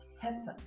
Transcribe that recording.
heaven